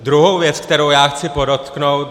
Druhá věc, kterou chci podotknout.